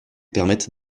permettent